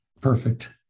Perfect